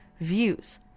views